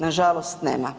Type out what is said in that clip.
Nažalost nema.